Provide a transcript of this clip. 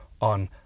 on